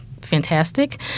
fantastic